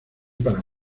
para